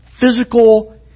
physical